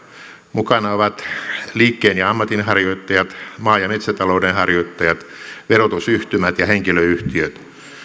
mukana ovat liikkeen ja ammatinharjoittajat maa ja metsätaloudenharjoittajat verotusyhtymät ja henkilöyhtiöt